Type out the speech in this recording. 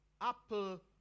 apple